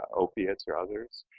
opiates or others,